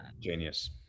Genius